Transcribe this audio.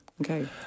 Okay